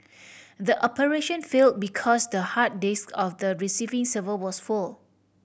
the operation fail because the hard disk of the receiving server was full